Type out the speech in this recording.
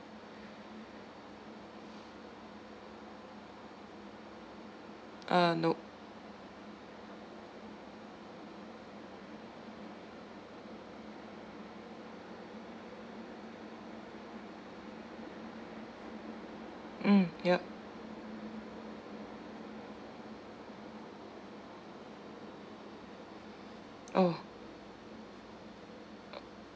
uh nope mm ya oh